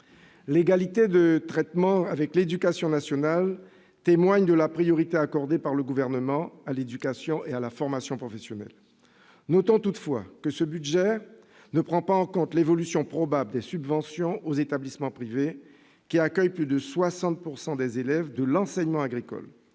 égalité de traitement avec l'éducation nationale témoigne de la priorité accordée par le Gouvernement à l'éducation et à la formation professionnelle. Notons toutefois que ce budget ne prend pas en compte l'évolution probable des subventions aux établissements privés, qui accueillent plus de 60 % des élèves de l'enseignement agricole.